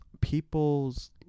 People's